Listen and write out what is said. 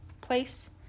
place